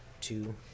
two